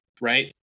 right